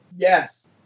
Yes